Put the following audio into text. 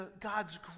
God's